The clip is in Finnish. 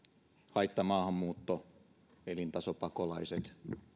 haittamaahanmuutto elintasopakolaiset